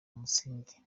umusingi